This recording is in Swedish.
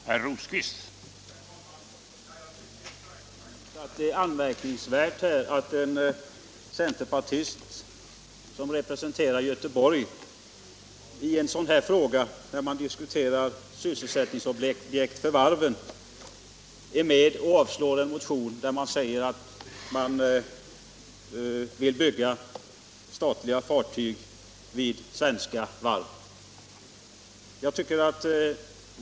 Herr talman! Jag tycker faktiskt att det är anmärkningsvärt att en centerpartist, som representerar Göteborg, i en diskussion om sysselsättningsobjekt för varven yrkar avslag på en motion där det föreslås att ett statligt fartyg skall byggas vid ett svenskt varv.